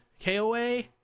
KOA